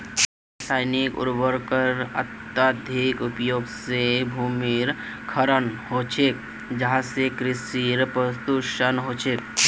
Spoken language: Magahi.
रासायनिक उर्वरकेर अत्यधिक उपयोग से भूमिर क्षरण ह छे जहासे कृषि प्रदूषण ह छे